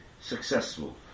successful